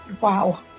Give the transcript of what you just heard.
Wow